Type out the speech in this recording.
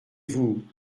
vous